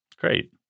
Great